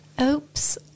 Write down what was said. Oops